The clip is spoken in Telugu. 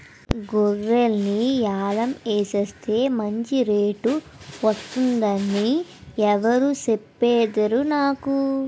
గొర్రెల్ని యాలం ఎసేస్తే మంచి రేటు వొత్తదని ఎవురూ సెప్పనేదురా నాకు